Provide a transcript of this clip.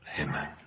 amen